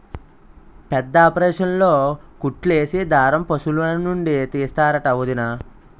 పెద్దాపరేసన్లో కుట్లేసే దారం పశులనుండి తీస్తరంట వొదినా